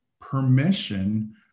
permission